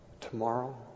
tomorrow